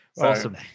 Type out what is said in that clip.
Awesome